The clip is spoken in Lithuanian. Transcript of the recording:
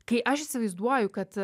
kai aš įsivaizduoju kad